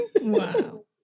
Wow